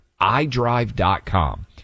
iDrive.com